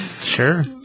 Sure